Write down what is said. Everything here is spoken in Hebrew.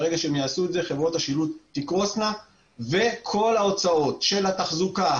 חברות השילוט תקרוסנה וכל ההוצאות של התחזוקה,